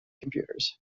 computers